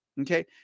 Okay